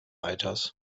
weiters